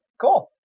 cool